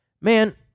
man